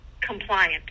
compliant